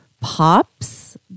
pops